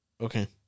Okay